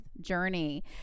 journey